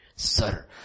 Sir